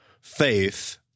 faith